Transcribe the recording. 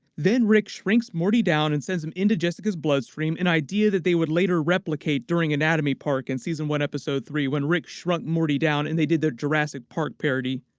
then rick shrinks morty down and sends him into jessica's bloodstream, an idea that they would later replicate during anatomy park in and season one episode three when rick shrunk morty down and they did their jurassic park parody.